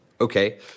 Okay